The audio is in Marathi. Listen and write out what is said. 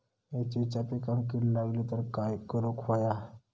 मिरचीच्या पिकांक कीड लागली तर काय करुक होया?